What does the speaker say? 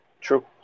True